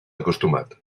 acostumat